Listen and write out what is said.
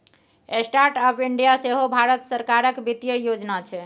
startup India सेहो भारत सरकारक बित्तीय योजना छै